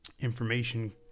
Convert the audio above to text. information